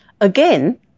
Again